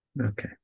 Okay